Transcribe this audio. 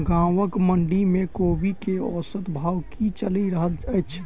गाँवक मंडी मे कोबी केँ औसत भाव की चलि रहल अछि?